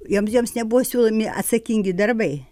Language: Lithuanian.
jom joms nebuvo siūlomi atsakingi darbai